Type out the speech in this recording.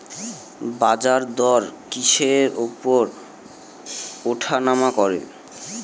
বাজারদর কিসের উপর উঠানামা করে?